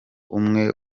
umwe